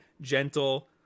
Gentle